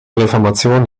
reformation